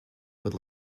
would